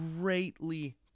greatly